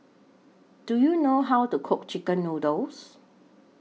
Do YOU know How to Cook Chicken Noodles